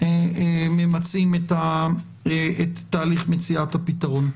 ממצים את תהליך מציאת הפתרון.